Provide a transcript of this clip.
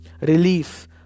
relief